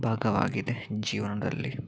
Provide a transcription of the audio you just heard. ಭಾಗವಾಗಿದೆ ಜೀವನದಲ್ಲಿ